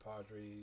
Padres